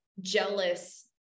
jealous